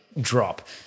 drop